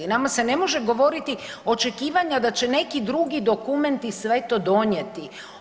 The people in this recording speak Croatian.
Nama se ne može govoriti očekivanja da će neki drugi dokumenti sve to donijeti.